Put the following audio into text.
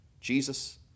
Jesus